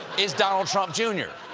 is donald trump, jr.